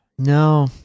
No